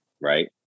Right